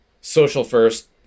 social-first